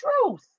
truth